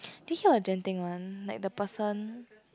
did you hear of Genting one like the person